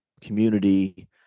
community